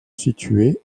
situées